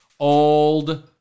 Old